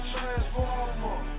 Transformer